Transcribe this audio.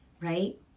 right